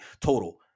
total